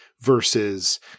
Versus